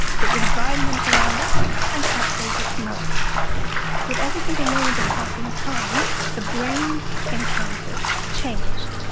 the environment around us and updated its model with every single moment of passing time, the brain encounters change.